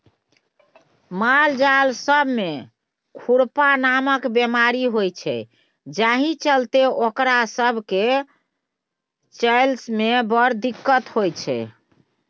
मालजाल सब मे खुरपका नामक बेमारी होइ छै जाहि चलते ओकरा सब केँ चलइ मे बड़ दिक्कत होइ छै